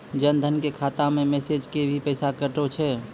जन धन के खाता मैं मैसेज के भी पैसा कतो छ?